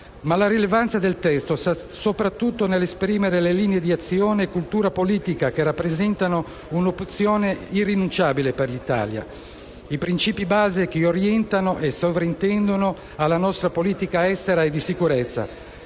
Ma la rilevanza del testo sta soprattutto nell'esprimere le linee di azione e cultura politica che rappresentano una opzione irrinunciabile per l'Italia, i principi base che orientano e sovrintendono alla nostra politica estera e di sicurezza,